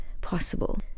possible